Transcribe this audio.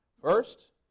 First